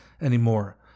anymore